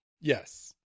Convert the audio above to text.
Yes